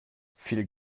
viel